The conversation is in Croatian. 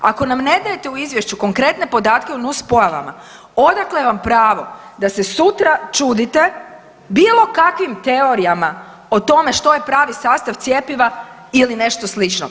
Ako nam ne dajete u izvješću konkretne podatke o nuspojavama odakle vam pravo da se sutra čudite bilo kakvim teorijama o tome što je pravi sastav cjepiva ili nešto slično.